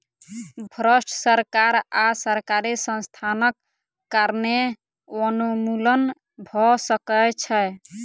भ्रष्ट सरकार आ सरकारी संस्थानक कारणें वनोन्मूलन भ सकै छै